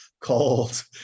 called